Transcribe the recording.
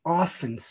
often